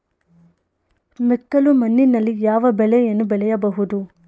ಮೆಕ್ಕಲು ಮಣ್ಣಿನಲ್ಲಿ ಯಾವ ಬೆಳೆಯನ್ನು ಬೆಳೆಯಬಹುದು?